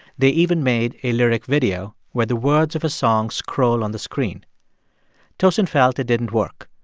they even made a lyric video where the words of a song scroll on the screen tosin felt it didn't work.